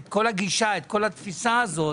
הגישה, את כל התפיסה הזאת,